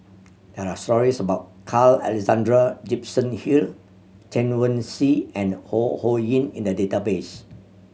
there are stories about Carl Alexander Gibson Hill Chen Wen Hsi and Ho Ho Ying in the database